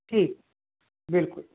ठीक बिल्कुल